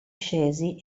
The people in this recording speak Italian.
scesi